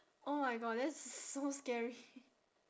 oh my god that's so scary